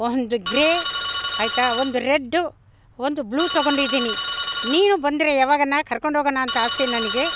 ಒಂದು ಗ್ರೇ ಆಯಿತಾ ಒಂದು ರೆಡ್ ಒಂದು ಬ್ಲೂ ತಗೊಂಡಿದ್ದೀನಿ ನೀನು ಬಂದರೆ ಯಾವಾಗಾನ ಕರ್ಕೊಂಡು ಹೋಗೋಣ ಅಂತ ಆಸೆ ನನಗೆ